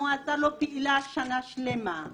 המועצה לא פעילה שנה שלמה.